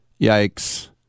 Yikes